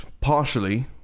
partially